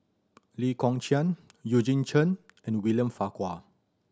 Lee Kong Chian Eugene Chen and William Farquhar